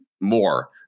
more